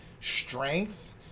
strength